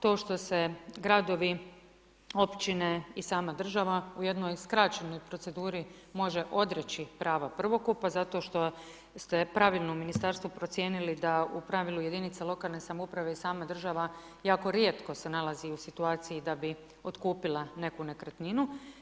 To što se gradovi, općine i sama država u jednoj skraćenoj proceduri može odreći prava prvokupa zato što ste … u Ministarstvu procijenili da u pravilu jedinice lokalne samouprave i sama država jako rijetko se nalazi u situaciji da bi otkupila neku nekretninu.